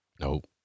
nope